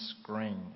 screen